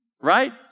right